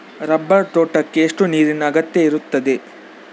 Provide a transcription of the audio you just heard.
Rubber ತೋಟಕ್ಕೆ ಎಷ್ಟು ನೀರಿನ ಅಗತ್ಯ ಇರುತ್ತದೆ?